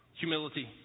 humility